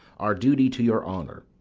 our duty to your honour.